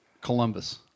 Columbus